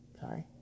Sorry